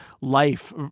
life